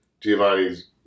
Giovanni's